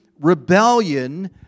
rebellion